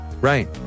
Right